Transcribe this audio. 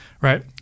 right